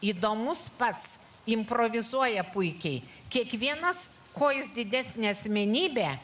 įdomus pats improvizuoja puikiai kiekvienas kuo jis didesnė asmenybė